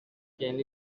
can